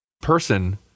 person